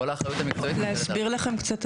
כל האחריות המקצועית מוטלת עליו.